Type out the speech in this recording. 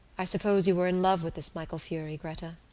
i suppose you were in love with this michael furey, gretta,